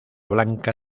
blanca